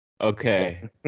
Okay